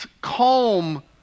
calm